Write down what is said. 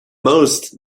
most